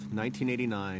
1989